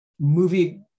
movie